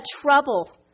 trouble